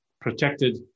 protected